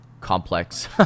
complex